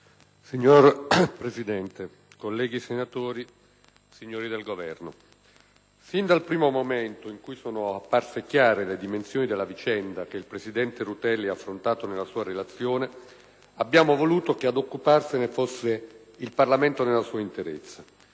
Signor Presidente, colleghi senatori, signori del Governo, fin dal primo momento in cui sono apparse chiare le dimensioni della vicenda che il presidente Rutelli ha affrontato nella sua relazione, abbiamo voluto che ad occuparsene fosse il Parlamento nella sua interezza,